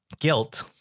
guilt